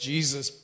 Jesus